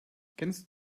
kennst